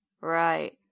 Right